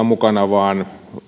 mukana vaan